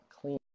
clean